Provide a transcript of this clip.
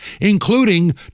including